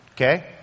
Okay